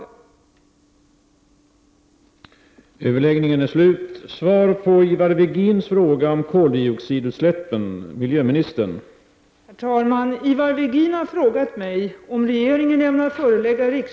Svar på frågor